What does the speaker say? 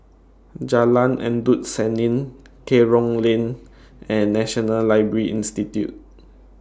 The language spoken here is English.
Jalan Endut Senin Kerong Lane and National Library Institute